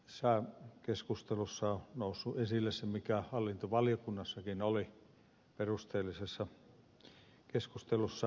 tässä keskustelussa on noussut esille se mikä hallintovaliokunnassakin oli perusteellisessa keskustelussa